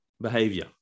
behavior